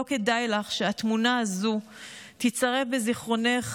לא כדאי לך שהתמונה הזו תיצרב בזיכרונך